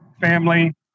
family